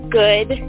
good